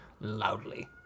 loudly